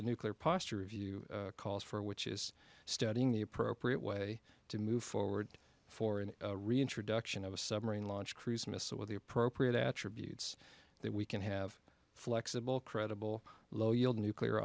the nuclear posture review calls for which is studying the appropriate way to move forward for an reintroduction of a submarine launch cruise missile with the appropriate attributes that we can have flexible credible low yield nuclear